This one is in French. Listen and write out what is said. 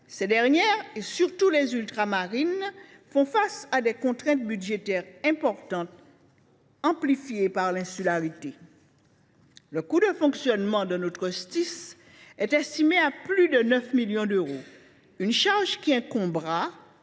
ces dernières, surtout les ultramarines, font face à des contraintes budgétaires importantes, amplifiées par l’insularité. Ainsi, le coût de fonctionnement de notre Stis est estimé à plus de 9 millions d’euros, charge qui incombera